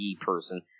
person